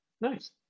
nice